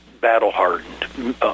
battle-hardened